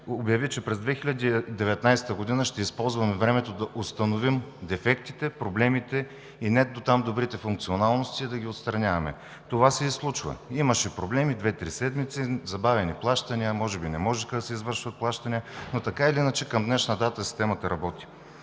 обяви, че през 2019 г. ще използваме времето да установим дефектите, проблемите, недотам добрите функционалности и да ги отстраняваме. Това се и случва – две-три седмици имаше проблеми и забавени плащания. Може би не можеха да се извършват плащания, но така или иначе към днешна дата системата работи.